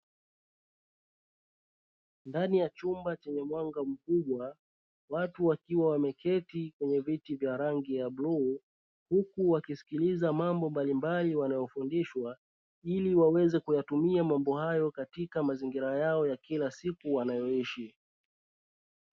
Ndani ya chumba chenye mwanga mkubwa, watu wakiwa wameketi kwenye viti vya rangi ya bluu huku wakisikiliza mambo mbalimbali wanaofundishwa ili waweze kutumia mambo yao katika mazangira yao ya kila siku wanayoishi.